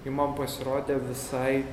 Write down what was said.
ji man pasirodė visai